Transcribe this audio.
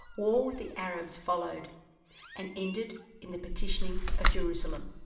war with the arabs followed and ended in the partitioning of jerusalem.